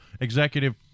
executive